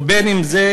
ובין שזה